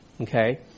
Okay